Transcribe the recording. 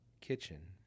kitchen